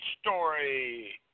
Story